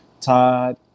Todd